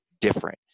different